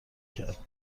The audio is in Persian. کرد